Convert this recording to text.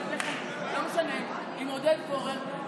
יחד עם עודד פורר,